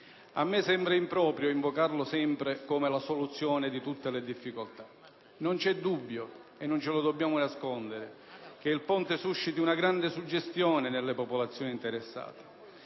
Mi sembra improprio invocare sempre quest'opera come se fosse la soluzione di tutte le difficoltà. Non c'è dubbio - e non ce lo dobbiamo nascondere - che il ponte susciti una grande suggestione nelle popolazioni interessate